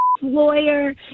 lawyer